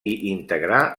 integrar